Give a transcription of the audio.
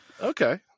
okay